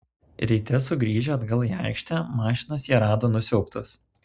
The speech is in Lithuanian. ryte sugrįžę atgal į aikštę mašinas jie rado nusiaubtas